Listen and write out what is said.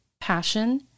passion